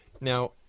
Now